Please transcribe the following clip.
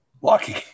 walking